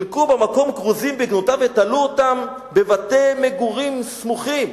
חילקו במקום כרוזים בגנותה ותלו אותם בבתי מגורים סמוכים.